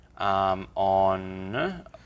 on